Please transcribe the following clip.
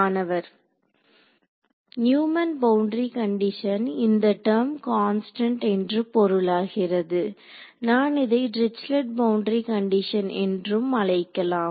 மாணவர் Neumann boundary condition இந்த term constant என்று பொருளாகிறது நான் இதை டிரிச்லெட் பவுண்டரி கண்டிஷன் என்றும் அழைக்கலாம்